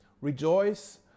Rejoice